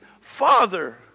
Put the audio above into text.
Father